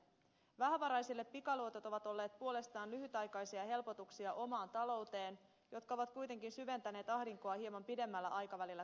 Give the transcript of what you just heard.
vähävaraisille pikaluotot ovat olleet puolestaan lyhytaikaisia helpotuksia omaan talouteen jotka ovat kuitenkin syventäneet ahdinkoa hieman pidemmällä aikavälillä katsottuna